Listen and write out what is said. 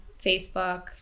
Facebook